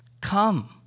Come